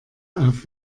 auf